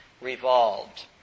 revolved